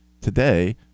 today